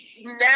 now